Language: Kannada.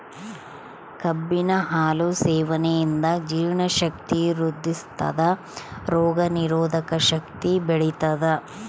ಕಬ್ಬಿನ ಹಾಲು ಸೇವನೆಯಿಂದ ಜೀರ್ಣ ಶಕ್ತಿ ವೃದ್ಧಿಸ್ಥಾದ ರೋಗ ನಿರೋಧಕ ಶಕ್ತಿ ಬೆಳಿತದ